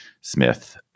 Smith